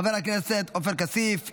חבר הכנסת עופר כסיף,